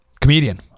Comedian